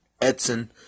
Edson